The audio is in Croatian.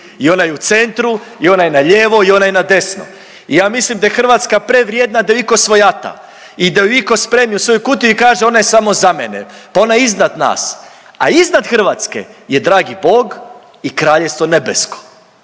i onaj u centru i onaj na lijevo i onaj na desno i ja mislim da je Hrvatska prevrijedna da ju itko svojata i da ju itko spremi u svoju kutiju i kaže ona je samo za mene. Pa ona je iznad nas, a iznad Hrvatske je dragi Bog i kraljevstvo nebesko